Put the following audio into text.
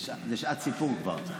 זאת כבר שעת סיפור.